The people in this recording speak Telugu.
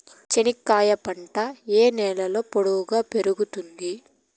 చెనక్కాయలు పంట ఏ నేలలో పొడువుగా పెరుగుతుంది?